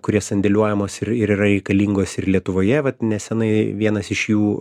kurie sandėliuojamos ir ir yra reikalingos ir lietuvoje vat nesenai vienas iš jų